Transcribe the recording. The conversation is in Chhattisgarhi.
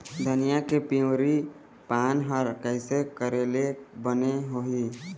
धनिया के पिवरी पान हर कइसे करेले बने होही?